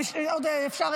אם אפשר,